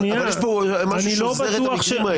שנייה --- אבל יש פה משהו ששוזר את המקרים האלה.